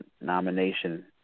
nomination